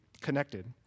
connected